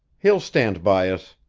he'll stand by us!